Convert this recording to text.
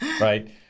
right